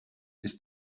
ist